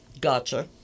Gotcha